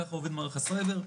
ככה עובד מערך הסייבר.